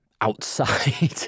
outside